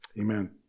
Amen